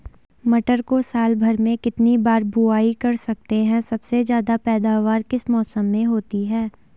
मटर को साल भर में कितनी बार बुआई कर सकते हैं सबसे ज़्यादा पैदावार किस मौसम में होती है?